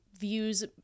views